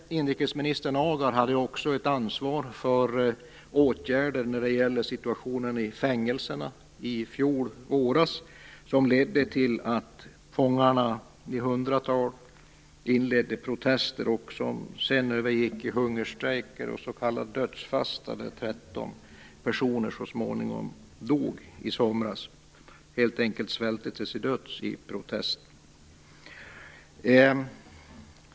Inrikesminister Agar hade också ett ansvar för åtgärder när det gäller situationen i fängelserna i fjol våras. Dessa ledde till att fångar i hundratal inledde protester, som sedan övergick i hungerstrejker och s.k. dödsfasta, där 13 personer så småningom dog i somras. De svälte sig helt enkelt till döds i protest.